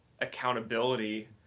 accountability